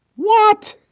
what